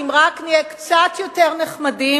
וההנחה שאם רק נהיה קצת יותר נחמדים,